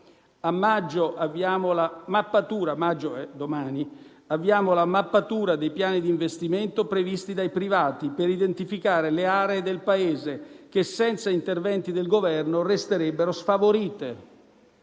- avviamo la mappatura dei piani di investimento previsti dai privati per identificare le aree del Paese che, senza interventi del Governo, resterebbero sfavorite.